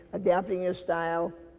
adapting your style.